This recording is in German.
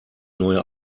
neue